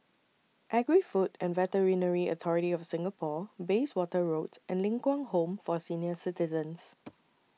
Agri Food and Veterinary Authority of Singapore Bayswater Road and Ling Kwang Home For Senior Citizens